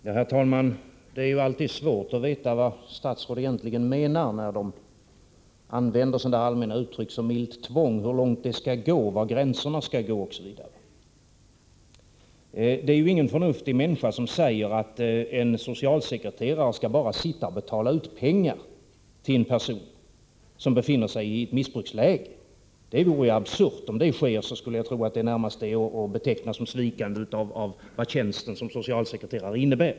Herr talman! Det är alltid svårt att veta vad statsråd egentligen menar med allmänna uttryck som ”milt tvång”, ”hur långt det skall gå”, ”var gränserna skall gå”, osv. Ingen förnuftig människa tror att en socialsekreterare bara sitter och betalar ut pengar till en person som befinner sig i en missbrukssituation. Någonting sådant vore ju absurt. Om så sker skulle jag tro att det närmast är att beteckna som ett svek mot de förpliktelser som en socialsekreterare har.